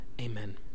Amen